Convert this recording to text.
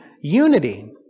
unity